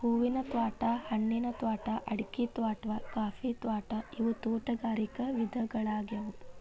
ಹೂವಿನ ತ್ವಾಟಾ, ಹಣ್ಣಿನ ತ್ವಾಟಾ, ಅಡಿಕಿ ತ್ವಾಟಾ, ಕಾಫಿ ತ್ವಾಟಾ ಇವು ತೋಟಗಾರಿಕ ವಿಧಗಳ್ಯಾಗ್ಯವು